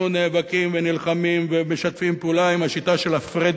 אנחנו נאבקים ונלחמים ומשתפים פעולה עם השיטה של הפרד